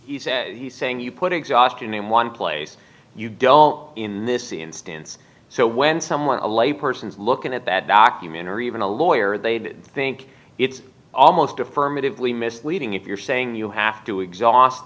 t he's saying you put exhaustion in one place you don't in this instance so when someone a layperson is looking at that documentary even a lawyer they'd think it's almost affirmatively misleading if you're saying you have to exhaust